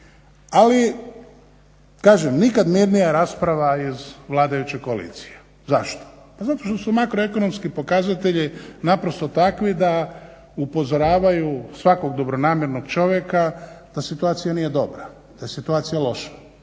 Ali kažem nikad mirnija rasprava iz vladajuće koalicije. Zašto? Pa zato što su makroekonomski pokazatelji naprosto takvi da upozoravaju svakog dobronamjernog čovjeka da situacija nije dobra, da je situacija loša.